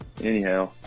anyhow